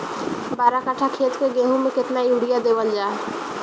बारह कट्ठा खेत के गेहूं में केतना यूरिया देवल जा?